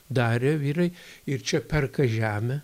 darė vyrai ir čia perka žemę